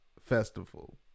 Festival